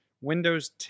Windows